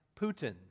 Putin